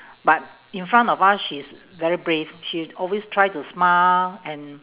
but in front of us she's very brave she always try to smile and